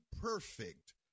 perfect